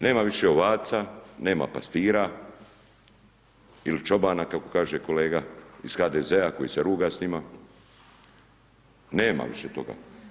Nema više ovaca, nema pastira ili čobana kako kaže kolega iz HDZ-a koji se ruga s njima, nema više toga.